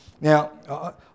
Now